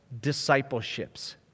discipleships